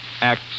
Acts